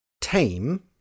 Tame